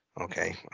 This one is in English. Okay